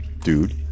dude